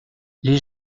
les